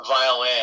violin